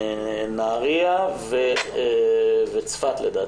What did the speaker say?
נהריה וצפת לדעתי.